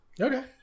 Okay